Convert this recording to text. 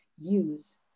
use